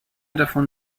davon